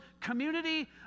community